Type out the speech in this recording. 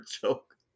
joke